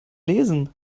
lesen